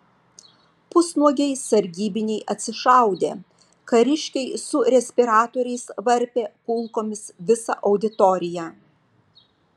pusnuogiai sargybiniai atsišaudė kariškiai su respiratoriais varpė kulkomis visą auditoriją